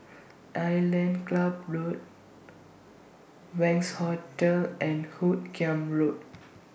Island Club Road Wangz Hotel and Hoot Kiam Road